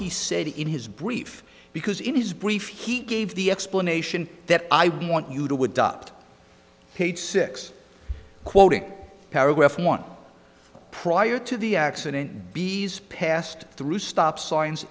he said in his brief because in his brief he gave the explanation that i want you to adopt page six quoting paragraph one prior to the accident b s passed through stop signs